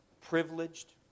privileged